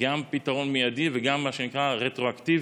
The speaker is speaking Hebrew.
גם פתרון מיידי וגם מה שנקרא רטרואקטיבי,